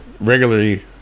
regularly